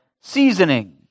seasoning